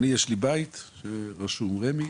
יש לי בית שרשום ברמ"י.